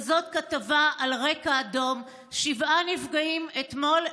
כזאת כתבה על רקע אדום: שבעה נפגעים אתמול באיכילוב.